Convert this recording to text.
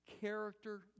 Character